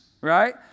right